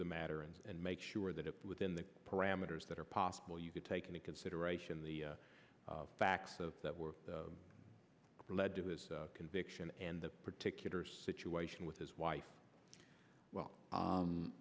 the matter and and make sure that if within the parameters that are possible you could take into consideration the facts of that were led to his conviction and the particular situation with his wife well